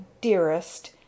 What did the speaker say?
dearest—